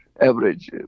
Average